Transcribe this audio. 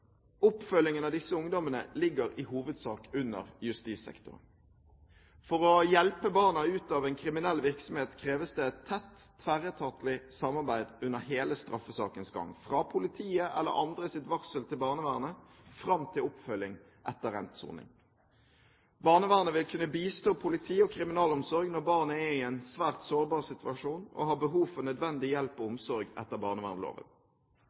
Oppfølgingen av disse ungdommene ligger i hovedsak under justissektoren. For å hjelpe barna ut av en kriminell virksomhet kreves det et tett tverretatlig samarbeid under hele straffesakens gang, fra politiets eller andres varsel til barnevernet, fram til oppfølging etter endt soning. Barnevernet vil kunne bistå politi og kriminalomsorg når barnet er i en svært sårbar situasjon og har behov for nødvendig hjelp og omsorg etter